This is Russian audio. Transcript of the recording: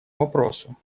вопросу